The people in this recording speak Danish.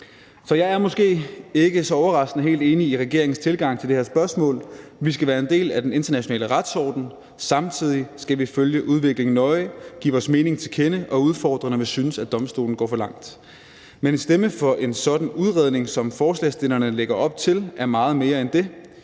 jeg er måske ikke så overraskende helt enig i regeringens tilgang til det her spørgsmål. Vi skal være en del af den internationale retsorden, og samtidig skal vi følge udviklingen nøje, give vores mening til kende og udfordre, når vi synes, at domstolen går for langt. Men at stemme for en sådan udredning, som forslagsstillerne lægger op til, er meget mere end det.